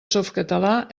softcatalà